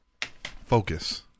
focus